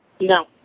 No